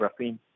graphene